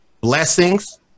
Blessings